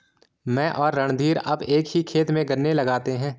मैं और रणधीर अब एक ही खेत में गन्ने लगाते हैं